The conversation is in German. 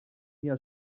jahr